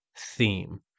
theme